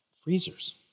freezers